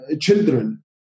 Children